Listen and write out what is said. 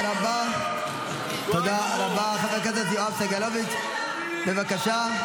חבר הכנסת יואב סגלוביץ', בבקשה.